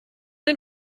den